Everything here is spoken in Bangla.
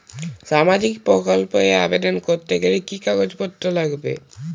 সামাজিক প্রকল্প এ আবেদন করতে গেলে কি কাগজ পত্র লাগবে?